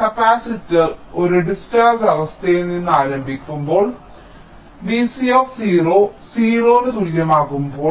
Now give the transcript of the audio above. capacitor ഒരു discharge അവസ്ഥയിൽ നിന്ന് ആരംഭിക്കുമ്പോൾ Vc 0 ന് തുല്യമാകുമ്പോൾ